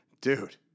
dude